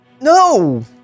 No